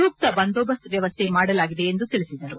ಸೂಕ್ತ ಬಂದೋಬಸ್ತ್ ವ್ಯವಸ್ಥ ಮಾಡಲಾಗಿದೆ ಎಂದು ತಿಳಿಸಿದರು